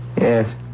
Yes